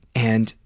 and